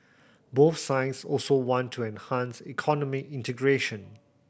both sides also want to enhance economic integration